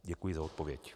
Děkuji za odpověď.